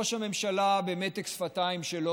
ראש הממשלה במתק השפתיים שלו,